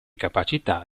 capacità